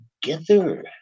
together